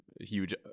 huge